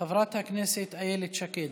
חברת הכנסת איילת שקד,